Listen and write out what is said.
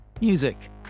music